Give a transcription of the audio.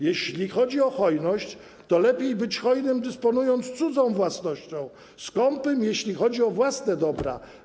Jeśli chodzi o hojność, to lepiej być hojnym, dysponując cudzą własnością, skąpym, jeśli chodzi o własne dobra.